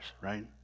right